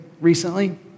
recently